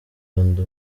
undi